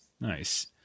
nice